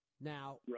Now